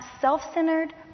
self-centered